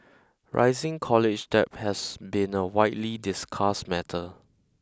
rising college debt has been a widely discussed matter